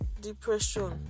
depression